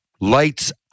Lights